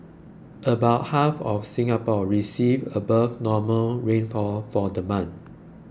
about half of Singapore received above normal rainfall for the month